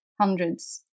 hundreds